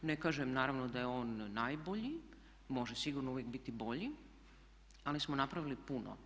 Ne kažem naravno da je on najbolji, može sigurno uvijek biti bolji ali smo napravili puno.